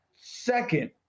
second